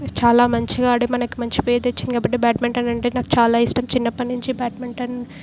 చాలా మంచిగా ఆడి మనకి మంచి పేరు తెచ్చింది కాబట్టి నాకు బ్యాడ్మింటన్ అంటే నాకు చాలా ఇష్టం చిన్నప్పటినుంచి బ్యాడ్మింటన్